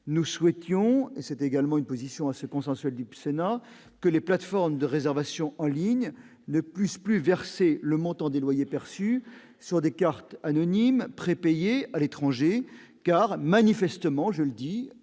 nous souhaitions- c'était également une position assez consensuelle du Sénat -que les plates-formes de réservation en ligne ne puissent plus verser le montant des loyers perçus sur des cartes anonymes prépayées à l'étranger, car, je le dis